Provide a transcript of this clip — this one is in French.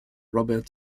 robert